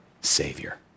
Savior